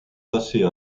passer